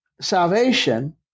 salvation